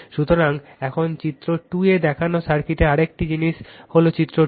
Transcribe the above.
সুতরাং এখন চিত্র 2 এ দেখানো সার্কিটের আরেকটি জিনিস হল চিত্র 2